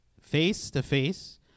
face-to-face